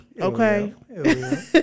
Okay